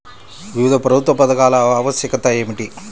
వివిధ ప్రభుత్వ పథకాల ఆవశ్యకత ఏమిటీ?